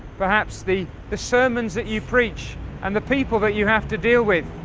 perhaps the the sermons that you preach and the people that you have to deal with.